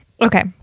okay